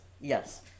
yes